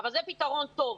אבל זה פתרון טוב.